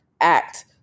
act